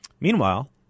Meanwhile